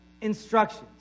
instructions